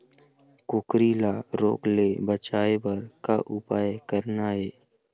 कुकरी ला रोग ले बचाए बर का उपाय करना ये?